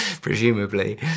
presumably